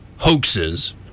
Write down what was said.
hoaxes